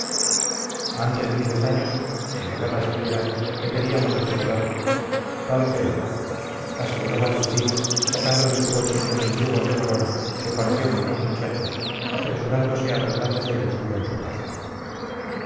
antes de diez años si la guerra siguiera te veríamos de general tal creo aseguró valentín sacando de su bolsillo mendrugos de borona que partió con los muchachos apresurándose a reblandecer el suyo en su taza